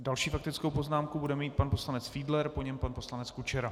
Další faktickou poznámku bude mít pan poslanec Fiedler, po něm pan poslanec Kučera.